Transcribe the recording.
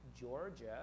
Georgia